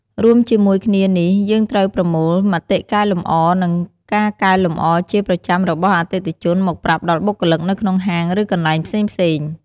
រួមជាមួយគ្នានេះយើងត្រូវប្រមូលមតិកែលម្អ និងការកែលម្អជាប្រចាំរបស់អតិថិជនមកប្រាប់ដល់បុគ្គលិកនៅក្នុងហាងឬកន្លែងផ្សេងៗ។